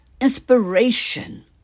inspiration